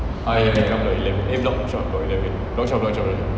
block eleven eh block twelve block eleven block twelve block twelve block twelve